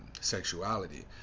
sexuality